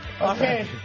Okay